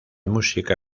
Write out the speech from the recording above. música